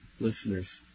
listeners